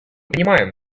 понимаем